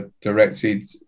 directed